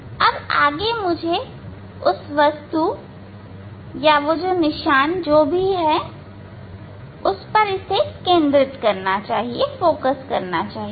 अब आगे मुझे उस वस्तु या उस निशान जो भी है उस पर केंद्रित करना चाहिए